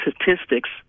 statistics